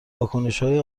واکنشهای